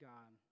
God